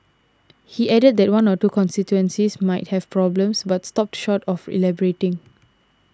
he added that one or two constituencies might have problems but stopped short of elaborating